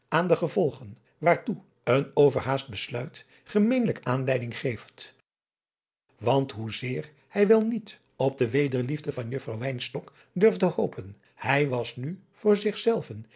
aan de gevolgen waartoe een overhaast besluit gemeenlijk aanleiding geeft want hoe zeer hij wel niet op de wederliefde van juffrouw wynstok durfde hopen hij was nu voor zich zelven